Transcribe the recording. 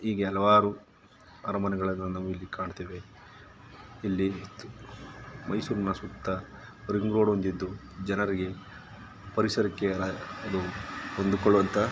ಈಗೆ ಹಲವಾರು ಅರಮನೆಗಳನ್ನು ನಾವು ಇಲ್ಲಿ ಕಾಣ್ತೇವೆ ಇಲ್ಲಿ ಮೈಸೂರಿನ ಸುತ್ತ ರಿಂಗ್ ರೋಡ್ ಒಂದಿದ್ದು ಜನರಿಗೆ ಪರಿಸರಕ್ಕೆ ಅದು ಹೊಂದಿಕೊಳ್ಳುವಂಥ